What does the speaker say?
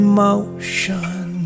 Emotion